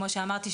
כמו שאמרתי,